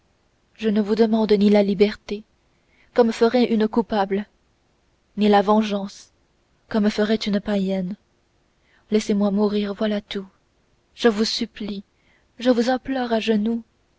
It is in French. je ne vous demande ni la liberté comme ferait une coupable ni la vengeance comme ferait une païenne laissez-moi mourir voilà tout je vous supplie je vous implore à genoux